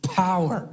power